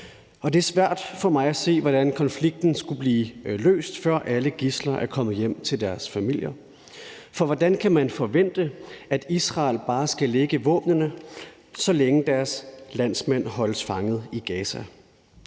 det er svært for mig at se, hvordan konflikten skulle blive løst, før alle gidsler er kommet hjem til deres familier. For hvordan kan man forvente, at Israel bare skal lægge våbnene, så længe deres landsmænd holdes fanget i Gaza?